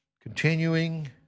continuing